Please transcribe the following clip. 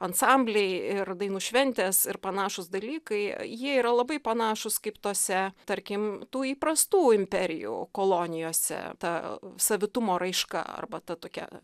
ansambliai ir dainų šventės ir panašūs dalykai jie yra labai panašūs kaip tose tarkim tų įprastų imperijų kolonijose ta savitumo raiška arba ta tokia